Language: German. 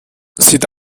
sieht